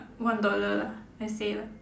one dollar lah let's say lah